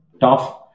tough